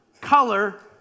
color